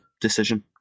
decision